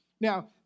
Now